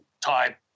type